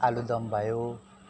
आलुदम भयो